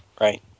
Right